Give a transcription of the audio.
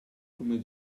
come